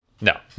no